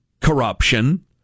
corruption